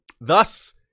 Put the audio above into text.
Thus